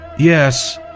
Yes